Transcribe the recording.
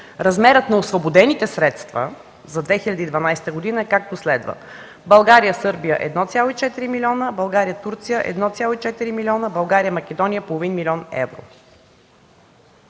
размерът на освободените средства за 2012 г. е, както следва: България-Сърбия – 1,4 млн. евро; България-Турция – 1,4 млн. евро; България-Македония – половин милион евро.